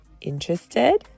Interested